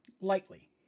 lightly